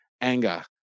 anger